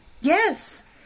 Yes